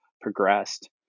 progressed